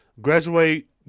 graduate